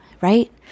right